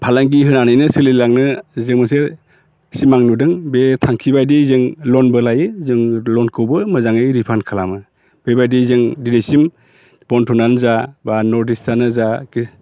फालांगि होनानैनो सोलिलांनो जे मोनसे सिमां नुदों बे थांखि बायदि जों ल'नबो लायो जों ल'नखौबो मोजाङै रिफान्ड खालामो बेबायदि जों दिनैसिम बनधनानो जा बा न'र्थ इस्टआनो जा